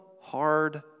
hard